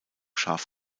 scharf